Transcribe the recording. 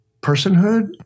personhood